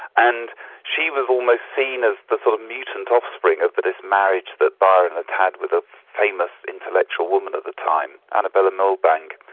and she was almost seen as the sort of mutant offspring of but this marriage that byron had had with a famous intellectual woman of the time, annabella millbank.